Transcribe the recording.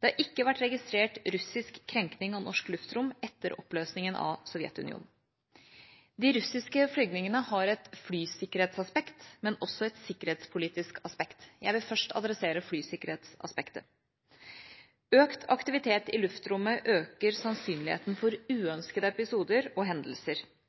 Det har ikke vært registrert russisk krenking av norsk luftrom etter oppløsningen av Sovjetunionen. De russiske flyvningene har et flysikkerhetsaspekt, men også et sikkerhetspolitisk aspekt. Jeg vil først adressere flysikkerhetsaspektet. Økt aktivitet i luftrommet øker sannsynligheten for uønskede episoder og hendelser.